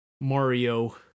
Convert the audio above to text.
Mario